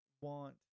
want